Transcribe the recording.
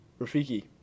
Rafiki